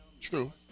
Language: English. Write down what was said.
True